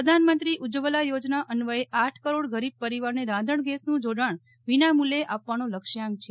પ્રધાનમંત્રી ઉજ્જવલા યોજના અન્વયે આઠ કરોડ ગરીબ પરિવારને રાંધણ ગેસનું જોડાણ વિના મૂલ્યે આપવાનો લક્ષ્યાંક છે